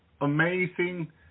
amazing